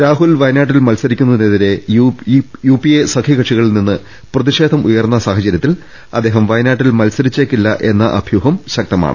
രാഹുൽ വയനാട്ടിൽ മത്സരിക്കുന്നതിനെതിരെ യുപിഎ സഖ്യക ക്ഷികളിൽ നിന്ന് പ്രതിഷേധം ഉയർന്ന സാഹചര്യത്തിൽ അദ്ദേഹം വയനാട്ടിൽ മത്സരിച്ചേക്കില്ല എന്ന അഭ്യൂഹം ശക്തമാണ്